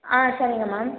ஆ சரிங்க மேம்